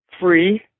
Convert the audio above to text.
free